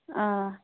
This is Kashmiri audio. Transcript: آ